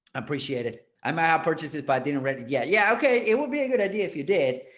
appreciate it. i might purchase it by dinner ready? yeah. yeah. okay. it would be a good idea, if you did,